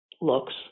looks